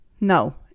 No